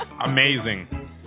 Amazing